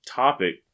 topic